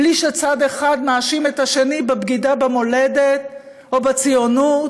בלי שצד אחד מאשים את השני בבגידה במולדת או בציונות